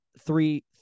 three